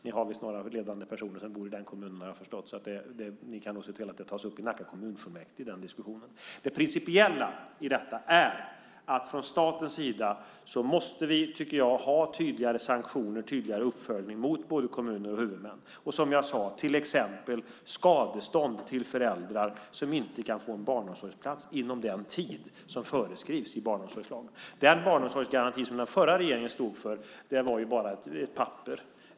Ni har visst några ledande personer som bor i den kommunen, har jag förstått, så ni kan nog se till att den diskussionen tas upp i Nacka kommunfullmäktige. Det principiella i detta är att från statens sida måste vi ha tydligare sanktioner och tydligare uppföljning mot både kommuner och huvudmän. Som jag sade gäller det till exempel skadestånd till föräldrar som inte kan få en barnomsorgsplats inom den tid som föreskrivs i barnomsorgslagen. Den barnomsorgsgaranti som den förra regeringen stod för var ju bara ett papper.